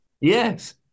Yes